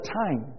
time